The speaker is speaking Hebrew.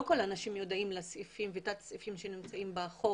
לא כל האנשים יודעים על סעיפים ותת סעיפים שיש בחוק.